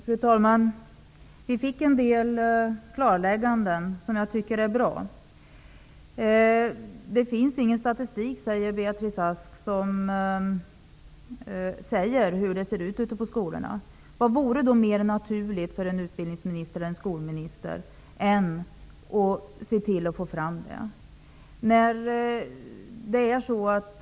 Fru talman! Vi fick en del klarlägganden som jag tycker är bra. Det finns ingen statistik, säger Beatrice Ask, över hur det ser ut på skolorna. Vad vore då mer naturligt för en skolminister än att se till att få fram det?